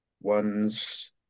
ones